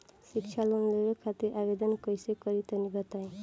शिक्षा लोन लेवे खातिर आवेदन कइसे करि तनि बताई?